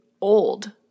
old